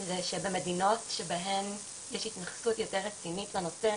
זה שבמדינות שבהן יש התייחסות יותר רצינית לנושא